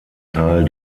tal